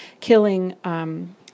killing